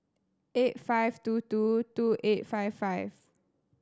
eight five two two two eight five five